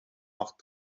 macht